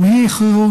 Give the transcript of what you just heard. גם היא כירורגית,